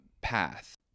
path